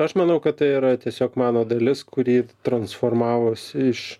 aš manau kad tai yra tiesiog mano dalis kuri transformavosi iš